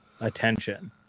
attention